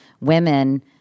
women